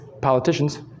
politicians